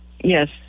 Yes